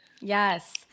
Yes